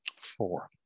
Four